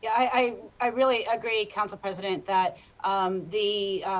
i i really agree, council president. that the